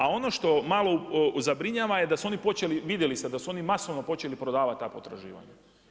A ono što malo zabrinjava je da su oni počeli vidjeli te da su oni masovno počeli prodavati ta potraživanja.